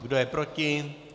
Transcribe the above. Kdo je proti?